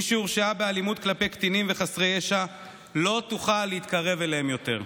מי שהורשעה באלימות כלפי קטינים וחסרי ישע לא תוכל להתקרב אליהם יותר.